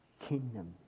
kingdom